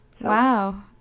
Wow